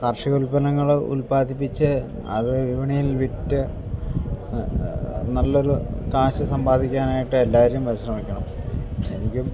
കാർഷിക ഉൽപ്പന്നങ്ങൾ ഉൽപ്പാദിപ്പിച്ച് അത് വിപണയിൽ വിറ്റ് അത് നല്ലൊരു കാശ് സമ്പാദിക്കാനായിട്ട് എല്ലാവരും പരിശ്രമിക്കണം എനിക്കും